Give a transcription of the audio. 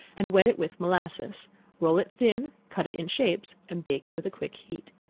and wet it with molasses roll it thin cut it in shapes, and bake with a quick heat.